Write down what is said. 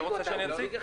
אתה רוצה אני אציג?